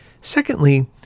Secondly